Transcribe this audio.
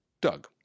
Doug